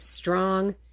strong